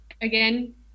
again